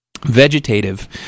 vegetative